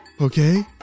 Okay